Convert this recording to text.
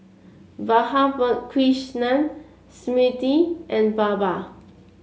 Radhakrishnan Smriti and Baba